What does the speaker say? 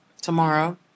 Tomorrow